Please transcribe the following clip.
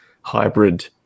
hybrid